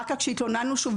אחר כך כשהתלוננו שוב,